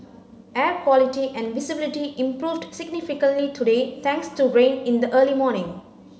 air quality and visibility improved significantly today thanks to rain in the early morning